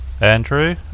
andrew